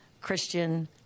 christian